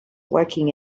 working